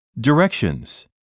Directions